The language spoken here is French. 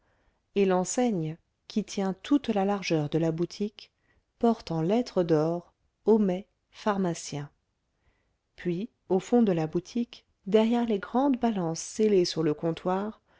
et l'enseigne qui tient toute la largeur de la boutique porte en lettres d'or homais pharmacien puis au fond de la boutique derrière les grandes balances scellées sur le comptoir